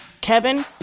Kevin